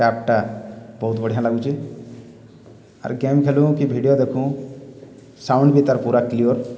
ଟ୍ୟାବଟା ବହୁତ ବଢ଼ିଆଁ ଲାଗୁଚେଁ ଆର୍ ଗେମ୍ ଖେଳୁଁ କେ ଭିଡ଼ିଓ ଦେଖୁଁ ସାଉଣ୍ଡ୍ ବି ତାର ପୁରା କ୍ଲିଅର୍